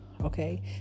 okay